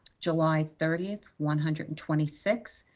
july thirtieth one hundred and twenty six,